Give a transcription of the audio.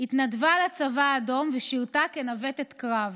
התנדבה לצבא האדום ושירתה כנווטת קרב.